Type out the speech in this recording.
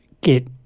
get